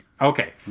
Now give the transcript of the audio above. Okay